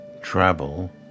Travel